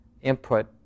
input